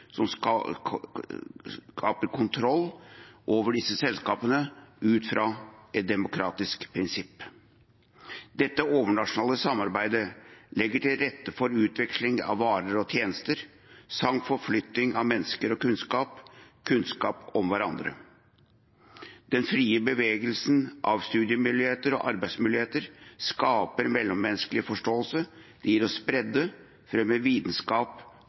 som skaffer seg kontroll over disse selskapene ut fra et demokratisk prinsipp. Dette overnasjonale samarbeidet legger til rette for utveksling av varer og tjenester samt forflytting av mennesker og kunnskap – kunnskap om hverandre. Den frie bevegelsen av studiemuligheter og arbeidsmuligheter skaper mellommenneskelig forståelse, det gir oss bredde og fremmer vitenskap